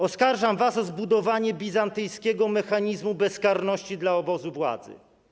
Oskarżam was o zbudowanie bizantyjskiego mechanizmu bezkarności dla obozu władzy.